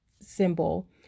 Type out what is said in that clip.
symbol